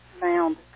found